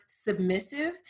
submissive